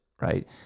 right